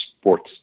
sports